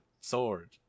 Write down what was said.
sword